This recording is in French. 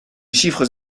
chiffres